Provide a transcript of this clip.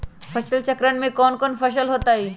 फसल चक्रण में कौन कौन फसल हो ताई?